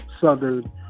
Southern